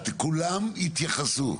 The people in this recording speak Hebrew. כולם יתייחסו.